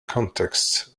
context